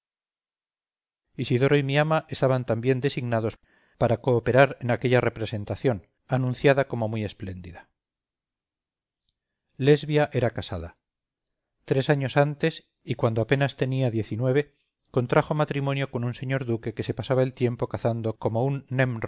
isidoro y mi ama estaban también designados para cooperar en aquella representación anunciada como muy espléndida lesbia era casada tres años antes y cuando apenas tenía diez y nueve contrajo matrimonio con un señor duque que se pasaba el tiempo cazando como un